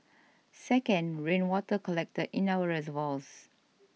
second rainwater collected in our reservoirs